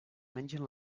mengen